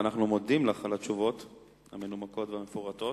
אנחנו מודים לך על התשובות המנומקות והמפורטות.